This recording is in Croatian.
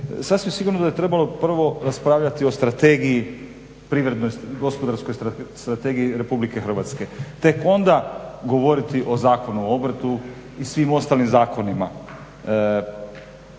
sasvim sigurno da je trebalo prvo raspravljati o strategiji, gospodarskoj strategiji Republike Hrvatske, tek onda govoriti o Zakonu o obrtu i svim ostalim zakonima.